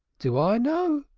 do i know?